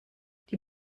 die